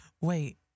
Wait